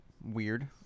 weird